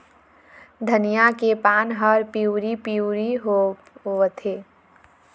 धनिया के पान हर पिवरी पीवरी होवथे?